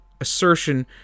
assertion